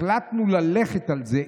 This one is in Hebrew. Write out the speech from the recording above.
החלטנו ללכת על זה,